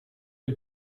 que